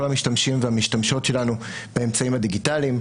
המשתמשים והמשתמשות שלנו באמצעים הדיגיטליים.